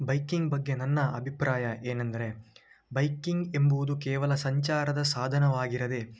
biking ಬಗ್ಗೆ ನನ್ನ ಅಭಿಪ್ರಾಯ ಏನೆಂದರೆ ಬೈಕಿಂಗ್ ಎಂಬುವುದು ಕೇವಲ ಸಂಚಾರದ ಸಾಧನವಾಗಿರದೆ